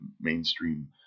mainstream